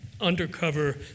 undercover